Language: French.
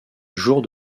jours